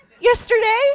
yesterday